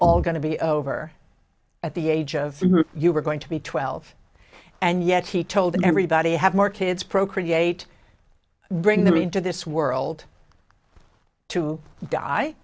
all going to be over at the age of you are going to be twelve and yet he told everybody have more kids procreate bring them into this world to die